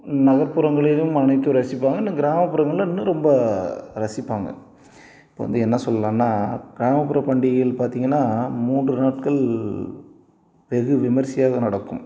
நகர்ப்புறங்களிலும் அனைத்தும் ரசிப்பாங்க இல்லை கிராமப்புறங்களிலும் இன்னும் ரொம்ப ரசிப்பாங்க இப்போ வந்து என்ன சொல்லுலான்னா கிராமப்புற பண்டிகைகள் பார்த்தீங்கன்னா மூன்று நாட்கள் வெகு விமர்சியாக நடக்கும்